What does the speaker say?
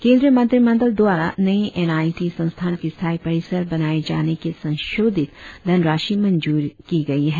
केंद्रीय मंत्रिमंडल द्वारा नए एन आई टी संस्थान के स्थायी परिसर बनाएं जाने के लिए संशोधित धनराशि मंजूर की गई है